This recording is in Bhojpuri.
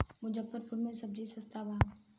मुजफ्फरपुर में सबजी सस्ता बा